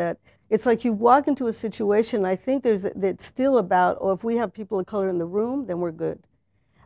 that it's like you walk into a situation i think there's still about oh if we have people of color in the room then we're good